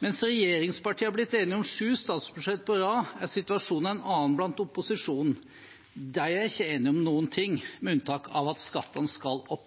Mens regjeringspartiene er blitt enige om sju statsbudsjetter på rad, er situasjonen en annen blant opposisjonspartiene. De er ikke enige om noen ting, med unntak av at skattene skal opp.